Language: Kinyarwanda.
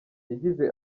yagize